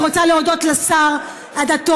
אני רוצה להודות לשר הדתות,